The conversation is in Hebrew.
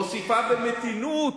מוסיפה במתינות,